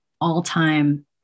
all-time